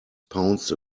pounced